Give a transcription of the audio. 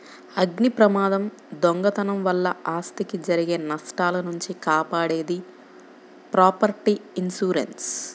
అగ్నిప్రమాదం, దొంగతనం వలన ఆస్తికి జరిగే నష్టాల నుంచి కాపాడేది ప్రాపర్టీ ఇన్సూరెన్స్